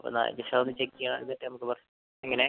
വന്നാൽ ജസ്റ്റ് അത് ഒന്ന് ചെക്ക് ചെയ്യാം എന്നിട്ട് നമുക്ക് പറയാം എങ്ങനെ